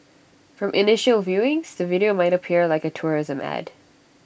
from initial viewings the video might appear like A tourism Ad